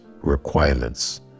requirements